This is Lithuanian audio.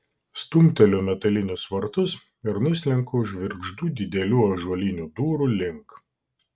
stumteliu metalinius vartus ir nuslenku žvirgždu didelių ąžuolinių durų link